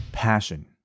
passion